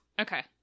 Okay